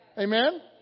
Amen